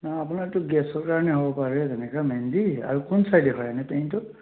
নাই আপোনাৰতো গেছৰ কাৰণে হ'ব পাৰে তেনেকুৱা মেইনলি আৰু কোন চাইডে হয় এনেই পেইনটো